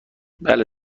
بله